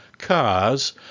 cars